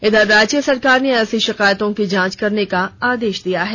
इधर राज्य सरकार ने ऐसी शिकायतों की जांच करने का आदेश दिया है